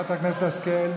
אז נדחה את ההצבעה למועד אחר.